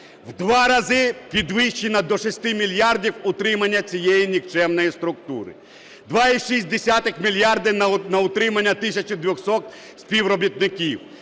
В два рази підвищено до 6 мільярдів утримання цієї нікчемної структури. 2,6 мільярда на утримання 1200 співробітників;